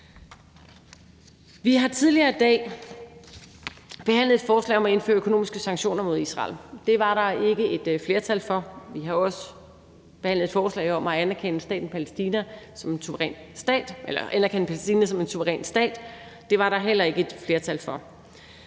Vi har tidligere i dag behandlet et forslag om at indføre økonomiske sanktioner mod Israel. Det var der ikke et flertal for. Vi har også forhandlet et forslag om at anerkende Palæstina som en suveræn stat, og det var der heller ikke et flertal for.